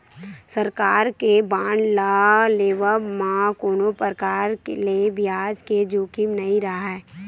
सरकार के बांड ल लेवब म कोनो परकार ले बियाज के जोखिम नइ राहय